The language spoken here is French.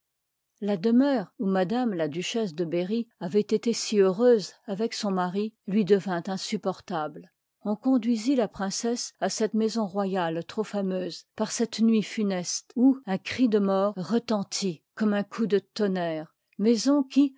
la demeure où m la duchesse de bei ry aveit e'té si heureuse avec son mari lui jlevint insupportable on conduisit la prin'ess k cette maison royale trop fameuse par cette nuit funeste où un cri de mort retentit cofnmeuncoup de tonnerre maison qui